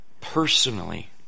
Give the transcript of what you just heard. personally